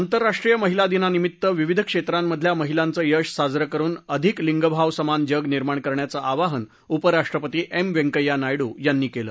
आंतरराष्ट्रीय महिला दिनानिमित्त विविध क्षेत्रांमधल्या महिलांचा यश साजरं करुन अधिक लिंगभाव समान जग निर्माण करण्याचं आवाहन उपराष्ट्रपती एम व्यंकय्या नायडू यांनी केलं